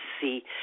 see